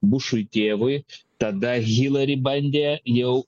bušui tėvui tada hillary bandė jau